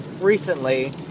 recently